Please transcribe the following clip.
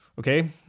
Okay